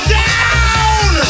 down